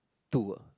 two ah